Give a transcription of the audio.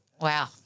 Wow